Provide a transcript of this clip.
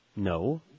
No